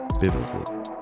biblically